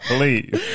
Please